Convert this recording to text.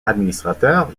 administrateur